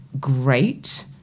great